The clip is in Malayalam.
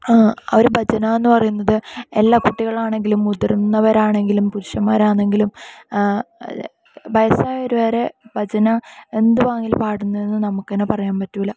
ഒരു ഭജനാ എന്നു പറയുന്നത് എല്ലാ കുട്ടികളാണെങ്കിലും മുതിർന്നവരാണെങ്കിലും പുരുഷന്മാരാന്നെങ്കിലും വയസ്സായവർ വരെ ഭജന എന്ത് ഭംഗിയിലാണ് പാടുന്നതെന്ന് നമുക്കു തന്നെ പറയാൻ പറ്റില്ല